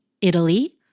Italy